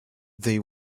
they